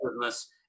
business